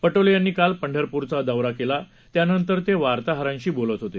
पटोले यांनी काल पंढरपुरचा दौरा केला त्यानंतर ते वार्ताहरांशी बोलत होते